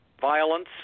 violence